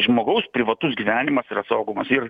žmogaus privatus gyvenimas yra saugomas ir